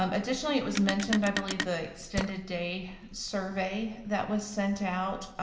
um additionally it was mentioned, i believe, the extended day survey that was sent out.